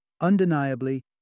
Undeniably